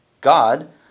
God